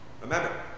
Remember